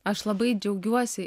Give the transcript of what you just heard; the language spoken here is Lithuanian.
aš labai džiaugiuosi